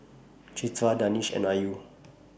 Citra Danish and Ayu